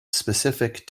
specific